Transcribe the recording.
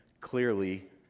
clearly